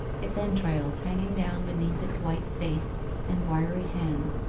its entrails hanging down beneath its white face and wiry hands,